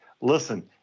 listen